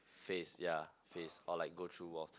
face ya face or like go through wall